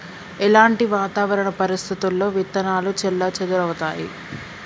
ఎలాంటి వాతావరణ పరిస్థితుల్లో విత్తనాలు చెల్లాచెదరవుతయీ?